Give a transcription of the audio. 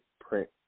print